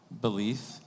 belief